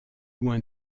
loin